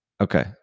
Okay